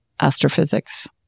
astrophysics